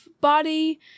body